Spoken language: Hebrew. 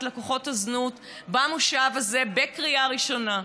לקוחות הזנות במושב הזה בקריאה ראשונה.